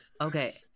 Okay